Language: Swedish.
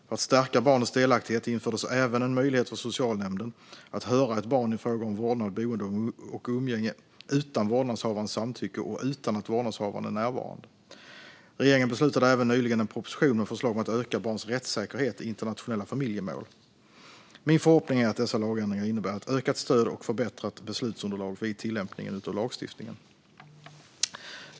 För att stärka barnets delaktighet infördes även en möjlighet för socialnämnden att höra ett barn i frågor om vårdnad, boende och umgänge utan vårdnadshavarens samtycke och utan att vårdnadshavaren är närvarande. Regeringen beslutade även nyligen om en proposition med förslag om att öka barns rättssäkerhet i internationella familjemål. Min förhoppning är att dessa lagändringar innebär ett ökat stöd och förbättrat beslutsunderlag vid tillämpning av lagstiftningen.